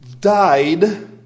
died